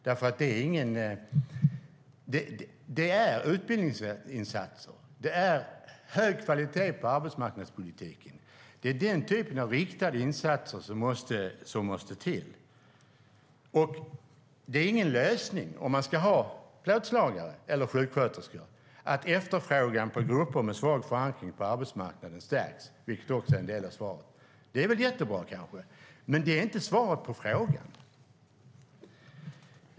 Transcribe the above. Det är utbildningsinsatser. Det är hög kvalitet på arbetsmarknadspolitiken. Det är den typen av riktade insatser som måste till. Och det är ingen lösning, om man ska ha plåtslagare eller sjuksköterskor, att efterfrågan på grupper med svag förankring på arbetsmarknaden stärks, vilket också är en del av svaret. Det är väl jättebra, men det är inte svaret på frågan.